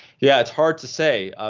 yeah it's hard to say.